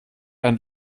ein